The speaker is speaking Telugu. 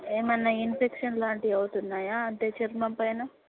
ఏమైనా ఇంఫెక్షన్ లాంటివి అవుతున్నాయా అంటే చర్మం పైన